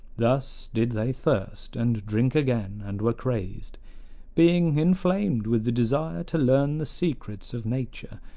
thus did they thirst, and drink again, and were crazed being inflamed with the desire to learn the secrets of nature,